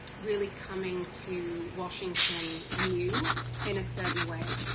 really coming to washington anew in a certain way.